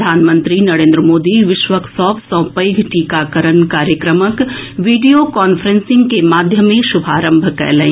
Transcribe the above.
प्रधानमंत्री नरेन्द्र मोदी विश्वक सभ सँ पैघ टीकाकरण कार्यक्रमक वीडियो कांफ्रेंसिंग के माध्यमे शुभारंभ कएलनि